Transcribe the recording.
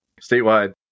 statewide